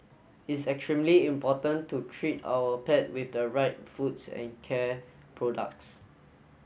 it's extremely important to treat our pet with the right foods and care products